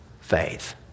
faith